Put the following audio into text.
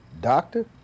doctor